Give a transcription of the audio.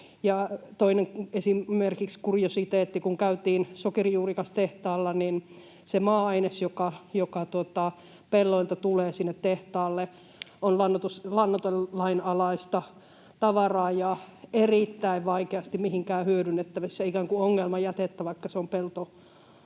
kuriositeetti: kun käytiin sokerijuurikastehtaalla, niin se maa-aines, joka pelloilta tulee sinne tehtaalle, on lannoitelain alaista tavaraa ja erittäin vaikeasti mihinkään hyödynnettävissä, ikään kuin ongelmajätettä, vaikka se on peltomultaa.